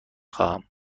خواهم